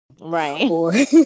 Right